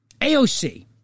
AOC